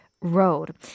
road